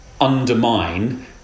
undermine